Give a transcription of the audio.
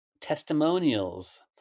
testimonials